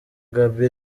gaby